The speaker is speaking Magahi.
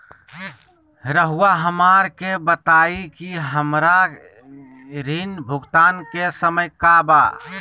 रहुआ हमरा के बताइं कि हमरा ऋण भुगतान के समय का बा?